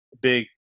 Big